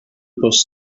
bws